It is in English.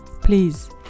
please